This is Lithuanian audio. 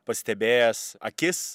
pastebėjęs akis